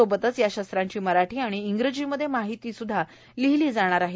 सोबतच या शस्त्रांची मराठी व इंग्रजीमध्ये माहितीसुध्दा लिहीली जाणार आहे